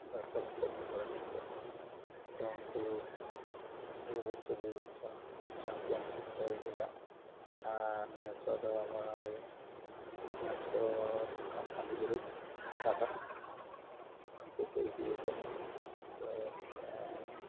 ᱨᱮᱱ ᱠᱚᱲᱟ ᱠᱟᱱᱟ ᱠᱚ ᱛᱚ ᱩᱱᱠᱩ ᱪᱟᱢᱯᱤᱭᱟᱱᱥᱤᱯ ᱠᱚ ᱦᱩᱭ ᱟᱠᱟᱱᱟ ᱟᱨ ᱱᱮᱥᱚᱜ ᱫᱚ ᱟᱵᱚ ᱚᱲᱟᱜ ᱨᱮ ᱩᱱᱠᱩ ᱠᱚ ᱤᱫᱤ ᱟᱠᱟᱫ ᱫᱚ ᱟᱨ